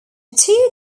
two